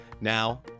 Now